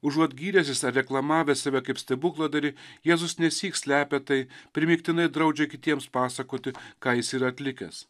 užuot gyręsis ar reklamavęs save kaip stebukladarį jėzus nesyk slepia tai primygtinai draudžia kitiems pasakoti ką jis yra atlikęs